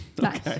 Nice